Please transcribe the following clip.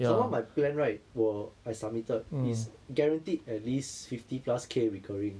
somemore my plan right will I submitted is guaranteed at least fifty plus K recurring